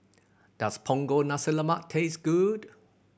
does Punggol Nasi Lemak taste good